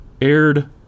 aired